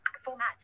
Format